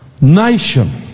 nation